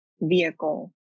vehicle